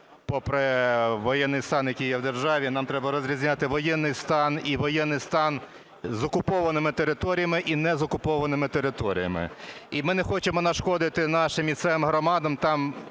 попри воєнний стан, який є в державі, нам треба розрізняти воєнний стан і воєнний стан з окупованими територіями і не з окупованими територіями. І ми не хочемо нашкодити нашим місцевим громадам,